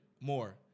more